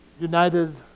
United